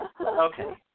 Okay